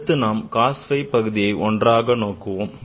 அடுத்து நாம் cos phi பகுதியை ஒன்றாக நோக்குவோம்